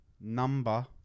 number